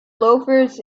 loafers